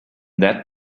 that